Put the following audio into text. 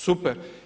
Super.